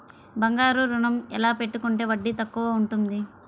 బంగారు ఋణం ఎలా పెట్టుకుంటే వడ్డీ తక్కువ ఉంటుంది?